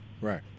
right